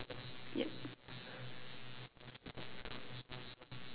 yup